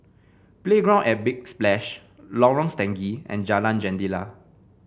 Playground at Big Splash Lorong Stangee and Jalan Jendela